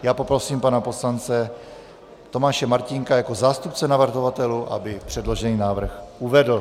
Já poprosím pana poslance Tomáše Martínka jako zástupce navrhovatelů, aby předložený návrh uvedl.